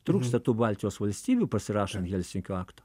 trūksta tų baltijos valstybių pasirašant helsinkio aktą